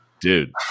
Dude